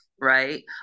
right